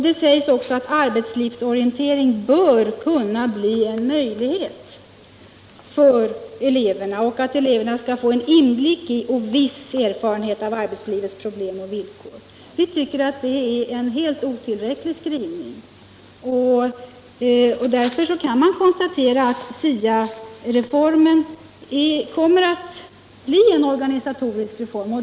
Det sägs också att arbetslivsorientering bör kunna bli en möjlighet för eleverna och att eleverna skall få en inblick i och en viss erfarenhet av arbetslivets problem och villkor. Vi tycker att det är en helt otillräcklig skrivning. Därför konstaterar vi att SIA reformen kommer att bli en organisatorisk reform.